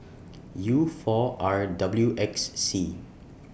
U four R W X C